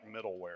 middleware